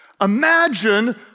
Imagine